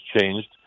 changed